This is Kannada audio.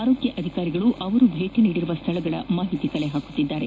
ಆರೋಗ್ಯ ಅಧಿಕಾರಿಗಳು ಅವರು ಭೇಟಿ ನೀಡಿರುವ ಸ್ಥಳಗಳ ಮಾಹಿತಿ ಕಲೆ ಹಾಕುತ್ತಿದ್ದಾರೆ